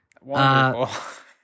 Wonderful